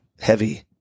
heavy